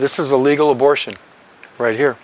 this is a legal abortion right here